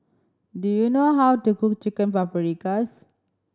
do you know how to cook Chicken Paprikas